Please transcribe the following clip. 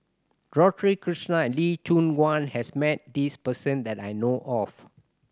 Dorothy Krishnan Lee Choon Guan has met this person that I know of